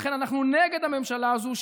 לכן אנחנו נגד הממשלה הזאת,